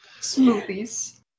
Smoothies